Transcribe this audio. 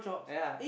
ya